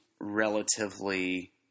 relatively